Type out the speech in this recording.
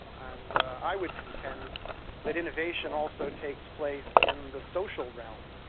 and i would contend that innovation also takes place in the social realm,